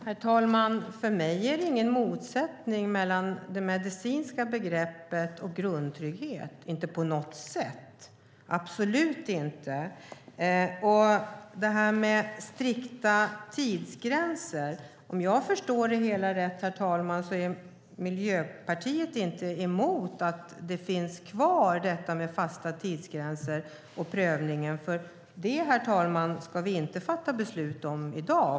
Herr talman! För mig är det inte på något sätt en motsättning mellan det medicinska begreppet och grundtrygghet - absolut inte! När det gäller det här med strikta tidsgränser är Miljöpartiet inte emot att fasta tidsgränser och prövningen finns kvar, om jag förstår det rätt. Det, herr talman, ska vi inte fatta beslut om i dag.